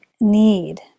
need